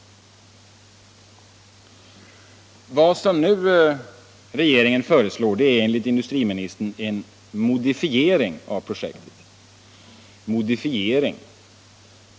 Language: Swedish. Vad som nu regeringen föreslår är enligt industriministern en ”modifiering” av projektet. ”Modifiering”!